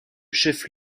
chef